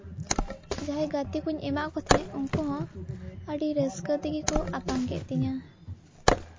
ᱡᱟᱦᱟᱸᱭ ᱜᱟᱛᱮ ᱠᱩᱧ ᱮᱢᱟᱫ ᱠᱩ ᱛᱟᱦᱮᱸᱫ ᱩᱱᱠᱩ ᱦᱚᱸ ᱟᱹᱰᱤ ᱨᱟᱹᱥᱠᱟᱹ ᱛᱮᱜᱮ ᱠᱩ ᱟᱛᱟᱝ ᱠᱮᱫ ᱛᱤᱧᱟᱹ